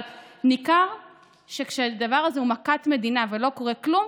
אבל ניכר שכשהדבר הזה הוא מכת מדינה ולא קורה כלום,